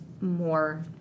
more